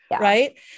Right